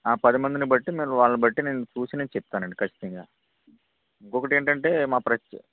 ఆ పది మందిని బట్టి మీరూ నేను వాళ్ళను బట్టి నేను చూసి నేను చెప్తానండి ఖచ్చితంగా ఇంకొకటి ఏంటంటే మా ప్రతి